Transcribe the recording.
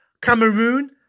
Cameroon